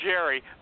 Jerry